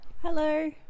Hello